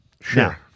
Sure